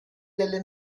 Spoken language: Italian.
delle